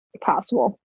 possible